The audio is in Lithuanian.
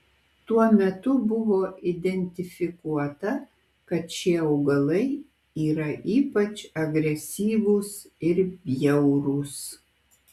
tuo metu buvo identifikuota kad šie augalai yra ypač agresyvūs ir bjaurūs